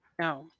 No